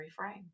reframe